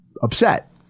Upset